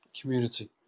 community